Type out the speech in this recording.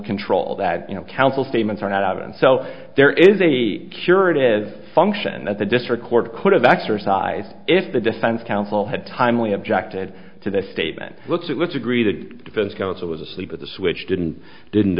control that you know counsel statements or not and so there is a curative function that the district court could have exercised if the defense counsel had timely objected to the statement looks at let's agree the defense counsel was asleep at the switch did and didn't